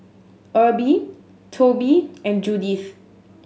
Erby Tobie and Judyth